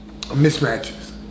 mismatches